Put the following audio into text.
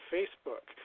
Facebook